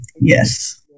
yes